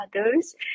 others